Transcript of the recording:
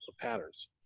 patterns